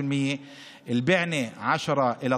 עכשיו 12%; בענה, 10%,